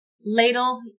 Ladle